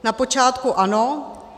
Na počátku ano.